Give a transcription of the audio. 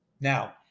Now